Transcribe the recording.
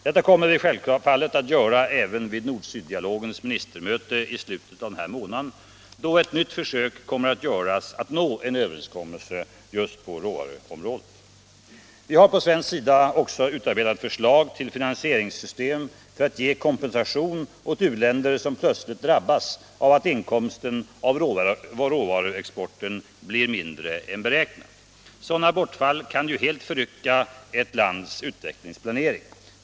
Detta kommer vi självfallet att göra även vid nord-syddialogens ministermöte i slutet av den här månaden, då ett nytt försök kommer att göras att nå en överenskommelse på råvaruområdet. Vi har på svensk sida också utarbetat ett förslag till finansieringssystem för att ge kompensation åt u-länder som plötsligt drabbas av att inkomsterna av råvaruexporten blir mindre än beräknat. Sådana bortfall kan ju helt förrycka ett lands utvecklingsplanering.